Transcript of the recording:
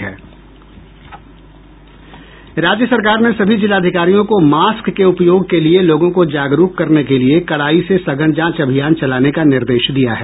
राज्य सरकार ने सभी जिलाधिकारियों को मास्क के उपयोग के लिए लोगों को जागरूक करने के लिए कड़ाई से सघन जांच अभियान चलाने का निर्देश दिया है